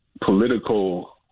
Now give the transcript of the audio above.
political